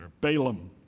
Balaam